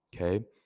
Okay